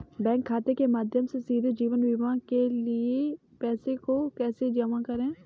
Bank खाते के माध्यम से सीधे जीवन बीमा के लिए पैसे को कैसे जमा करें?